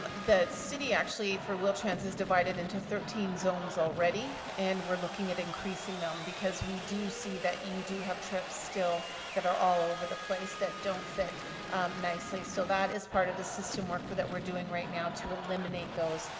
the city actually, for wheel trans, is divided into thirteen zones already and we're looking at increasing them, because we do see that you do have trips still that are all over the place, that don't fit nicely. so that is part of the system work that we're doing right now to eliminate those,